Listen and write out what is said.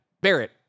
Barrett